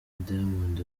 diamond